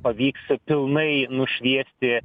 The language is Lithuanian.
pavyks pilnai nušviesti